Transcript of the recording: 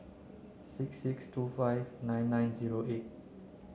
six six two five nine nine zero eight